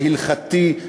זה הלכתי,